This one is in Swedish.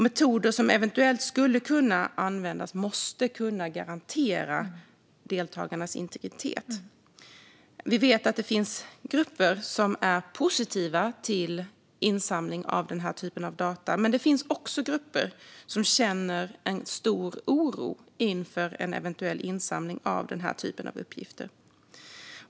Metoder som eventuellt skulle kunna användas måste kunna garantera deltagarnas integritet. Vi vet att det finns grupper som är positiva till insamling av den här typen av data, men det finns också grupper som känner stor oro inför en eventuell insamling av den här typen av uppgifter.